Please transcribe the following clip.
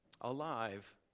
alive